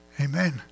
Amen